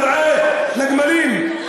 למרעה לגמלים,